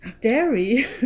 Dairy